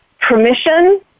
permission